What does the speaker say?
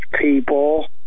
people